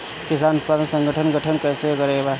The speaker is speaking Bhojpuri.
किसान उत्पादक संगठन गठन कैसे करके बा?